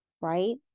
right